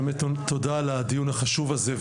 באמת תודה על הדיון החשוב הזה,